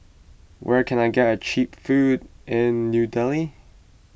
where can I get Cheap Food in New Delhi